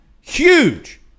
Huge